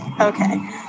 okay